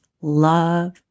Love